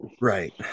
Right